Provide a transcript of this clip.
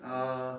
uh